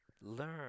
learn